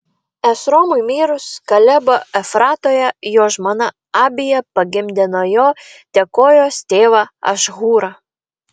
esromui mirus kalebo efratoje jo žmona abija pagimdė nuo jo tekojos tėvą ašhūrą